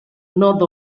north